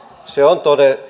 se on